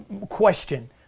question